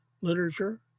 literature